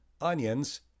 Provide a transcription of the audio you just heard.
onions